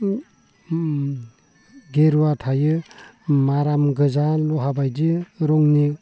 गेरुवा थायो माराम गोजा लहा बायदि रंनि